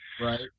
Right